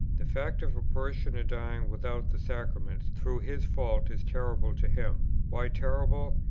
the fact of a parishioner dying without the sacraments through his fault is terrible to him why terrible,